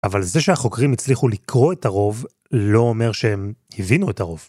אבל זה שהחוקרים הצליחו לקרוא את הרוב לא אומר שהם הבינו את הרוב.